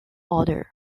order